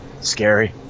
Scary